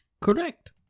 Correct